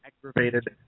aggravated